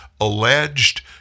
alleged